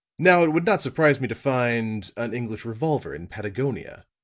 now, it would not surprise me to find an english revolver in patagonia,